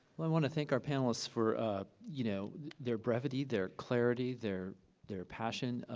i want to thank our panelists for ah you know their brevity, their clarity, their their passion.